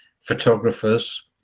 photographers